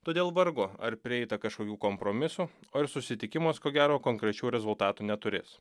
todėl vargu ar prieita kažkokių kompromisų o ir susitikimas ko gero konkrečių rezultatų neturės